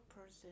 person